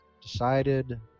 decided